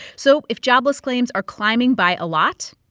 so if jobless claims are climbing by a lot,